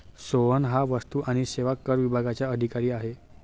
सोहन हा वस्तू आणि सेवा कर विभागाचा अधिकारी आहे